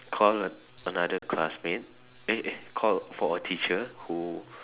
call another classmate eh eh call for a teacher who